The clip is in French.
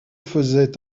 faisait